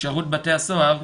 בשירות בתי הסוהר,